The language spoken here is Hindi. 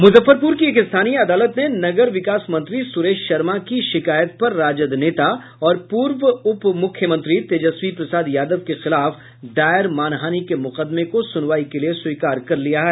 मुजफ्फरपूर की एक स्थानीय अदालत ने नगर विकास मंत्री सूरेश शर्मा की शिकायत पर राजद नेता और पूर्व उप मुख्यमंत्री तेजस्वी प्रसाद यादव के खिलाफ दायर मानहानि के मुकदमें को सुनवाई के लिये स्वीकार कर लिया है